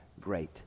great